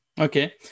Okay